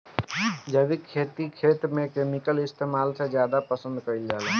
जैविक खेती खेत में केमिकल इस्तेमाल से ज्यादा पसंद कईल जाला